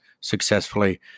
successfully